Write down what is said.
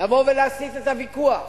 לבוא ולהסיט את הוויכוח